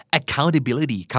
accountability